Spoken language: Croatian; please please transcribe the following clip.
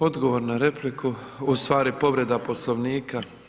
Odgovor na repliku, ustvari povreda Poslovnika.